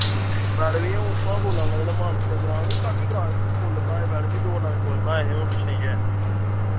madam ji अ'ऊं उत्थोआं बोल्ला ना जेह्ड़ा मानसर ग्रां निं चाल्ली ग्रां जित्थैं पुल बनाए मैडम जी दो नवें पुल बनाए हे हु'न पिच्छैं देइयै